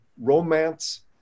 romance